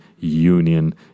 union